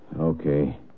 Okay